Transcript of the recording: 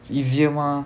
it's easier mah